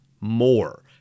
more